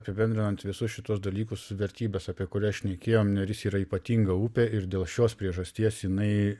pibendriant visus šituos dalykus vertybes apie kurias šnekėjom neris yra ypatinga upė ir dėl šios priežasties jinai